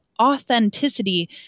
authenticity